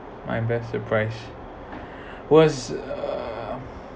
my best surprise was uh